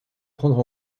prendre